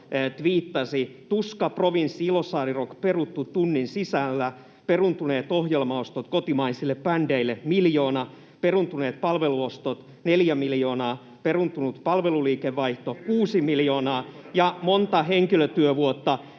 tviittasi: ”Tuska, Provinssi, Ilosaarirock peruttu tunnin sisällä. Peruuntuneet ohjelmaostot kotimaisille bändeille? Miljoona. Peruuntuneet palveluostot? 4 miljoonaa. Peruuntunut palveluliikevaihto? [Paavo Arhinmäen välihuuto] 6 miljoonaa. Ja montako henkilötyövuotta?